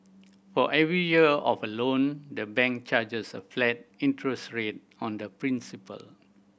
for every year of a loan the bank charges a flat interest rate on the principal